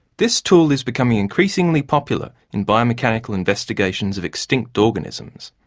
this tool is becoming increasingly popular in biomechanical investigations of extinct organisms.